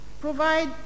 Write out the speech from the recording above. provide